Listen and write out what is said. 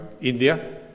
India